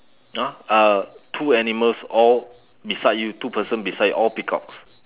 !huh! uh two animals all beside you two person beside all peacocks